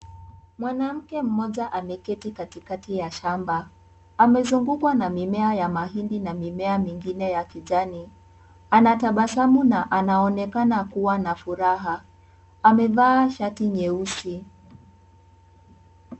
Mwanamke mmoja, ameketi katikati ya shamba. Amezungukwa na mimea ya mahidi na mimea mingine ya kijani. Anatabasamu na anaonekana kuwa na furaha. Amevaa shati nyeusi.